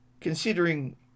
Considering